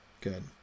good